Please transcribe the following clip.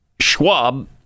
Schwab